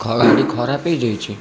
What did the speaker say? ଗାଡ଼ି ଖରାପ ହେଇଯାଇଛି